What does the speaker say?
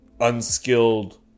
unskilled